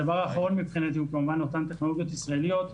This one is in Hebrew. הדבר האחרון מבחינתי הוא כמובן אותן טכנולוגיות ישראליות.